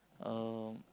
um